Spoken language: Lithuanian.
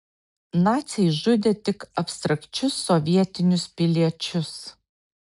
naciai žudė tik abstrakčius sovietinius piliečius